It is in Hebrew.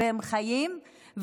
והם חיים,